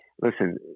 Listen